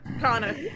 Connor